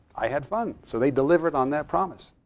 i had fun, so they delivered on that promise.